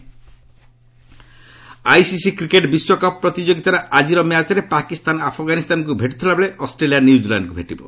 WC cricket ICC cricket ବିଶ୍ୱକପ୍ ପ୍ରତିଯୋଗିତାର ଆଜିର ମ୍ୟାଚ୍ରେ ପାକିସ୍ତାନ ଆଫଗାନିସ୍ତାନକୁ ଭେଟୁଥିଲାବେଳେ ଅଷ୍ଟ୍ରେଲିଆ ନ୍ୟୁକିଲ୍ୟାଣ୍ଡ୍କୁ ଭେଟିବ